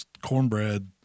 cornbread